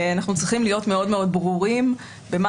אנחנו צריכים להיות מאוד מאוד ברורים במה